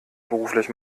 beruflich